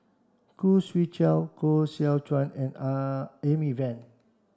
Khoo Swee Chiow Koh Seow Chuan and Amy Van